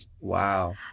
Wow